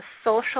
social